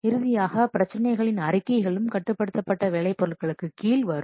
இறுதியாக பிரச்சனைகளின் அறிக்கைகளும் கட்டுப்படுத்தப்பட்ட வேலை பொருட்களுக்கு கீழ்வரும்